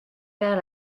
vers